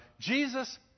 Jesus